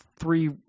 three